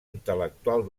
intel·lectual